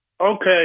Okay